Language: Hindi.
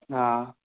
हाँ